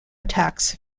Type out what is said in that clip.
attacks